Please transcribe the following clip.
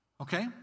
Okay